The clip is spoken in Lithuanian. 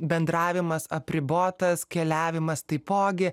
bendravimas apribotas keliavimas taipogi